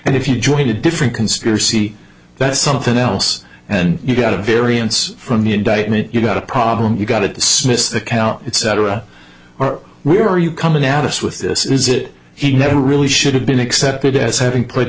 and if you join a different conspiracy that's something else and you got a variance from the indictment you got a problem you got to dismiss the count it's cetera or we are you coming out of us with this is it he never really should have been accepted as having pl